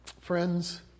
Friends